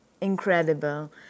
incredible